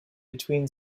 between